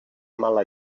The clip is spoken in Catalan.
mala